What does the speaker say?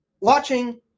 watching